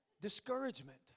Discouragement